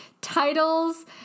titles